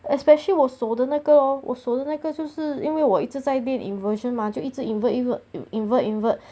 especially 我手的那个 oh 我手的那个就是因为我一直在练 inversion mah 然后就一直 invert invert invert